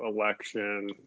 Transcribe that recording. election